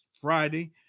Friday